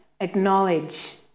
acknowledge